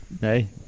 Hey